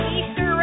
Easter